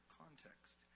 context